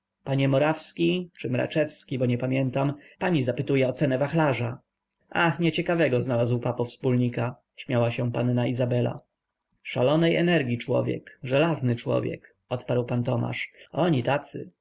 panie morawski czy mraczewski bo nie pamiętam pani zapytaje o cenę wachlarza a nieciekawego znalazł papo wspólnika śmiała się panna izabela szalonej energii człowiek żelazny człowiek odparł pan tomasz oni tacy